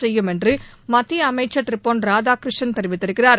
செய்யும் என்று மத்திய அமைச்சர் திரு பொன் ராதாகிருஷ்ணன் தெரிவித்திருக்கிறார்